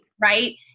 Right